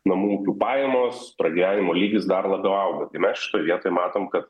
namų ūkių pajamos pragyvenimo lygis dar labiau auga tai mes šitoj vietoj matom kad